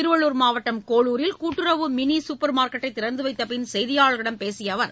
திருவள்ளூர் மாவட்டம் கோளூரில் கூட்டுறவு மினி சூப்பர் மார்க்கெட்டை திறந்துவைத்த பின் செய்தியாளர்களிட்ம் பேசிய அவர்